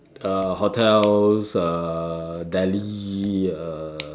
uh hotels uh Delhi uh